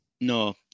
No